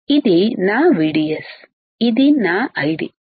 ఇది నాVDSఇది నా ID